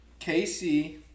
KC